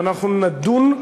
ואנחנו נדון,